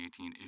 2018